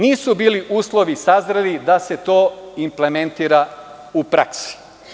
Nisu bili uslovi sazreli da se to implementira u praksi.